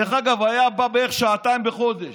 דרך אגב, היה בא בערך שעתיים בחודש.